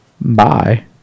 Bye